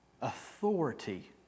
authority